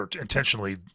intentionally